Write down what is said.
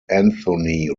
anthony